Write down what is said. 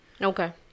Okay